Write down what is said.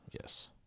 Yes